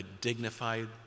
dignified